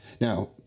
Now